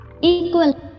equal